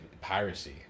piracy